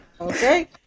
Okay